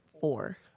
four